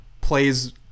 plays –